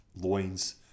loins